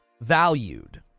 valued